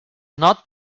not